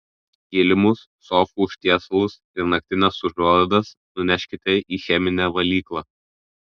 kilimus sofų užtiesalus ir naktines užuolaidas nuneškite į cheminę valyklą